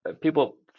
people